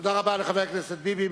תודה רבה לחבר הכנסת ביבי.